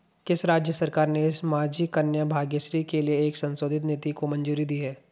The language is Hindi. किस राज्य सरकार ने माझी कन्या भाग्यश्री के लिए एक संशोधित नीति को मंजूरी दी है?